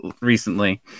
recently